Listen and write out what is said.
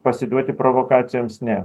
pasiduoti provokacijoms ne